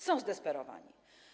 Są zdesperowani.